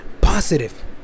positive